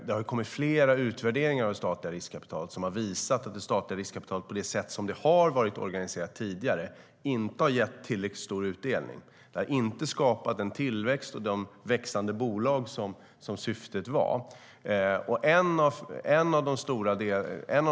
Det har kommit flera utvärderingar av det statliga riskkapitalet som har visat att det statliga riskkapitalet, på det sätt som det har varit organiserat tidigare, inte har gett tillräckligt stor utdelning och inte skapat den tillväxt som det var tänkt i de växande bolagen.